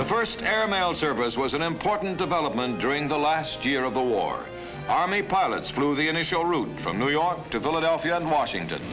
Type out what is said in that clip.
the first airmail service was an important development during the last year of the war army pilots flew the initial route from new york to philadelphia on washington